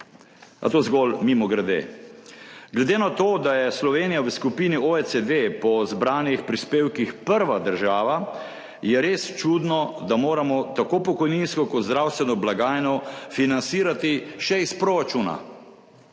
A to zgolj mimogrede. Glede na to, da je Slovenija v skupini OECD po zbranih prispevkih prva država, je res čudno, da moramo tako pokojninsko kot zdravstveno blagajno financirati še iz proračuna.